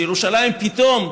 שירושלים פתאום,